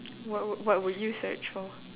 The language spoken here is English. what would what would you search for